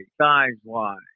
size-wise